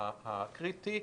הקריטי,